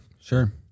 Sure